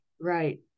Right